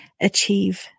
achieve